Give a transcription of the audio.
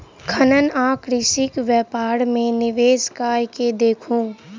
खनन आ कृषि व्यापार मे निवेश कय के देखू